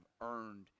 earned